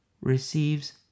receives